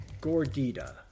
Gordita